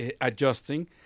adjusting